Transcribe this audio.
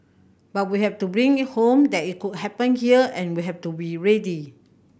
but we have to bring it home that it could happen here and we have to be ready